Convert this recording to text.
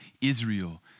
Israel